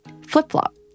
Flip-flop